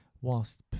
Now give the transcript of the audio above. whilst